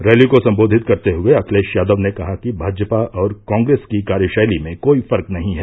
rally को सम्बोधित करते हुये अखिलेश यादव ने कहा कि भाजपा और कॉंग्रेस की कार्यशैली में कोई फर्क नही है